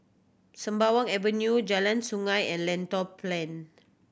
Sembawang Avenue Jalan Sungei and Lentor Plain